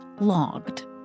logged